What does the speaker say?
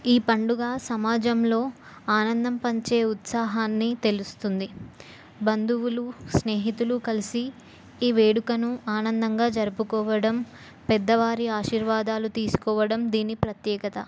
ఈ పండుగ సమాజంలో ఆనందం పంచి ఉత్సాహాన్ని తెలుస్తుంది బంధువులు స్నేహితులు కలిసి ఈ వేడుకను ఆనందంగా జరుపుకోవడం పెద్దవారి ఆశీర్వాదాలు తీసుకోవడం దీని ప్రత్యేకత